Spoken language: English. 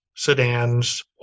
sedans